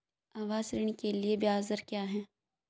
आवास ऋण के लिए ब्याज दर क्या हैं?